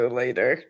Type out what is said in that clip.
later